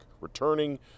returning